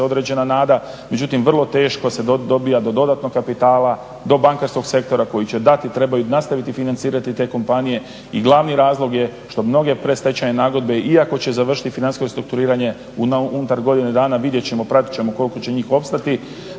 određena nada međutim vrlo teško se dobiva do dodatnog kapitala, do bankarskog sektora koji će dati, treba nastaviti financirati te kompanije. Glavni razlog je što mnoge predstečajne nagodbe iako će završiti financijsko restrukturiranje unutar godine dana vidjet ćemo, pratiti ćemo koliko će njih opstati.